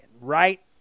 right